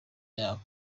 yabo